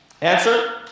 Answer